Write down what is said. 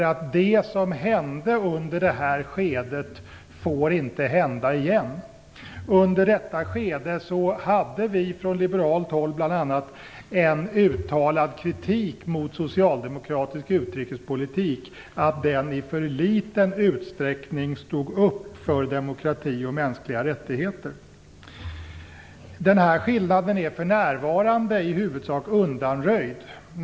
Det som hände under detta skede får inte hända igen. Under detta skede hade vi från liberalt håll bl.a. en uttalad kritik mot socialdemokratisk utrikespolitik, att den i för liten utsträckning stod upp för demokrati och mänskliga rättigheter. Denna skillnad är för närvarande i huvudsak undanröjd.